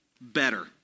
better